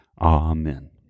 Amen